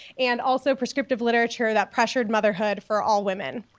and also prescriptive literature that pressured motherhood for all women.